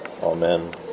Amen